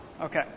Okay